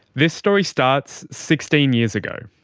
this story starts sixteen years ago.